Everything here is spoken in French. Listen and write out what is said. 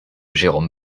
jérôme